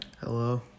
Hello